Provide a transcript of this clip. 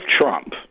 Trump